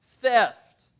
theft